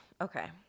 Okay